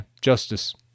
Justice